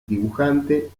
dibujante